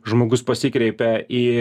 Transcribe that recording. žmogus pasikreipia į